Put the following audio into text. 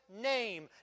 name